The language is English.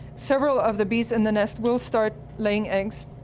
several of the bees in the nest will start laying eggs.